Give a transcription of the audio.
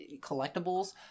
collectibles